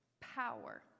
power